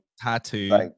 tattoo